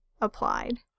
applied